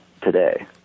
today